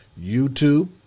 YouTube